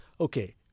okay